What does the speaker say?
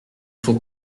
faux